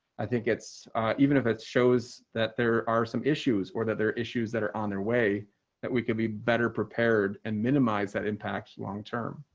i think it's even if it shows that there are some issues or that there are issues that are on their way that we can be better prepared and minimize that impact long term